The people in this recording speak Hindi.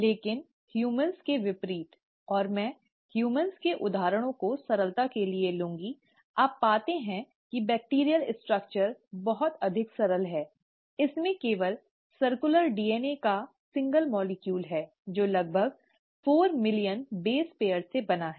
लेकिन मनुष्यों के विपरीत और मैं मनुष्यों के उदाहरणों को सरलता के लिए लूंगी आप पाते हैं कि जीवाणु संरचना बहुत अधिक सरल है इसमें केवल गोलाकार डीएनए का एकल अणु है जो लगभग चार मिलियन बेस पेयर से बना है